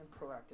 proactive